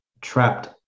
trapped